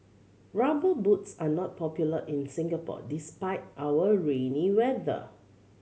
Rubber Boots are not popular in Singapore despite our rainy weather